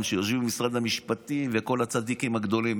גם אלה שיושבים במשרד המשפטים וכל הצדיקים הגדולים,